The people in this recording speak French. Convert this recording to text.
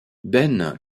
ben